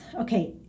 Okay